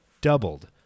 doubled